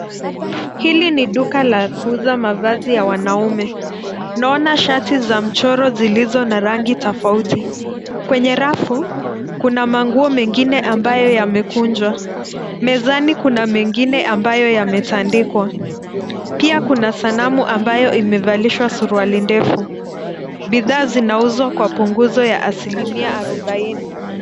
Hili ni duka la kuuza mavazi ya wanaume. Naona shati za mchoro zilizo na rangi tafauti. Kwenye rafu, kuna manguo mengine ambayo yamekunjwa. Mezani kuna mengine ambayo yametandikwa. Pia kuna sanamu ambayo imevalishwa suruali ndefu. Bidhaa zinauzwa kwa punguzo ya asilimia arubaini.